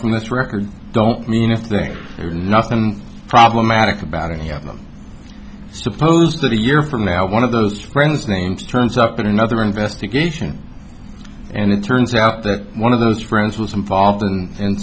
from this record don't mean if they're nothing problematic about any of them suppose that a year from now one of those friends names turns up in another investigation and it turns out that one of those friends was involved in